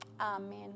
Amen